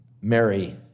Mary